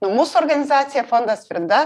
nu mūsų organizacija fondas frida